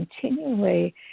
continually